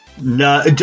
no